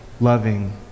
loving